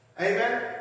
Amen